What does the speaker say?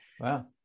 Wow